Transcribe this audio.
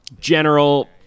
general